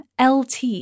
LT